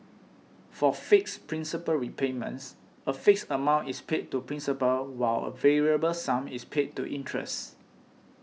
for fixed principal repayments a fixed amount is paid to principal while a variable sum is paid to interest